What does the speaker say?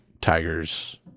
Tigers